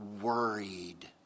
worried